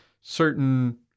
certain